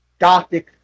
gothic